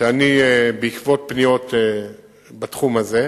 שבעקבות פניות בתחום הזה,